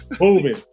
Moving